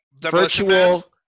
virtual